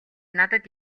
надад